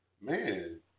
Man